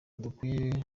dukwiye